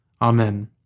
Amen